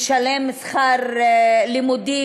לשלם שכר לימוד,